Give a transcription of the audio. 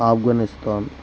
Afghanistan